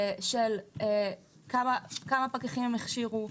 של כמה פקחים הכשירו,